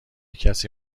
کسی